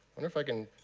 and if i can,